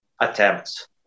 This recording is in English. attempts